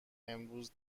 امروز